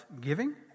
giving